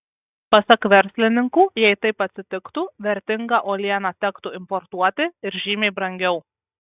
pasak verslininkų jei taip atsitiktų vertingą uolieną tektų importuoti ir žymiai brangiau